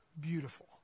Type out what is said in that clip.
beautiful